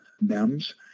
MEMS